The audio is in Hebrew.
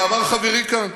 ואמר חברי כאן,